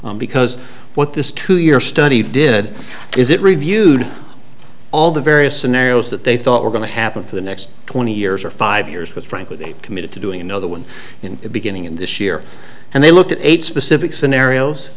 because what this two year study did is it reviewed all the various scenarios that they thought were going to happen for the next twenty years or five years with frankly they committed to doing another one in the beginning in this year and they looked at eight specific scenarios